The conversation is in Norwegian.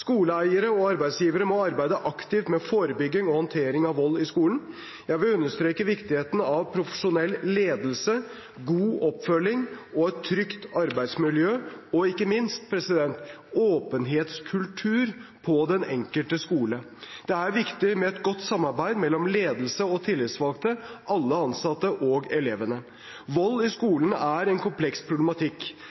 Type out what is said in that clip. Skoleeiere og arbeidsgivere må arbeide aktivt med forebygging og håndtering av vold i skolen. Jeg vil understreke viktigheten av profesjonell ledelse, god oppfølging, et trygt arbeidsmiljø og ikke minst en åpenhetskultur på den enkelte skole. Det er viktig med et godt samarbeid mellom ledelsen, tillitsvalgte, alle ansatte og elevene. Vold i skolen er en kompleks problematikk.